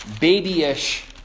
babyish